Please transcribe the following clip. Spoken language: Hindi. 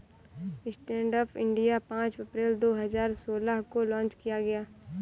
स्टैंडअप इंडिया पांच अप्रैल दो हजार सोलह को लॉन्च किया गया